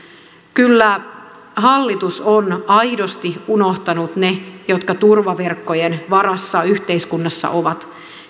kyllä hallitus on aidosti unohtanut ne jotka turvaverkkojen varassa yhteiskunnassa ovat